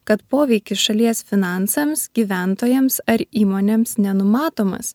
kad poveikis šalies finansams gyventojams ar įmonėms nenumatomas